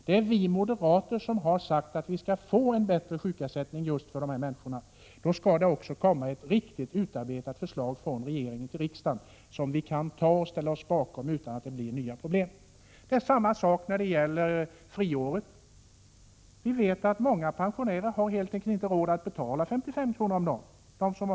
Det är vi moderater som har sagt att man bör införa en bättre sjukförsäkring för just de här människorna. Men då måste också regeringen komma med ett riktigt utarbetat förslag till riksdagen, ett förslag som vi kan ställa oss bakom utan att det blir nya problem. Detsamma gäller friåret. Många pensionärer med låga pensioner har helt enkelt inte råd att betala 55 kr. om dagen.